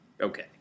Okay